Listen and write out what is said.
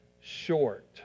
short